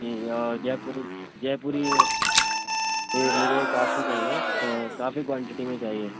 جی اور جے پوری جے پوری یہ مجھے کافی چاہیے کافی کوانٹٹی میں چاہیے